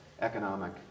economic